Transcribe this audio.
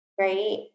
right